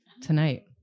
tonight